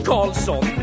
Carlson